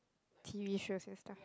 T_V shows and stuff